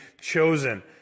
chosen